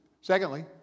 Secondly